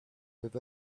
with